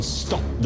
stop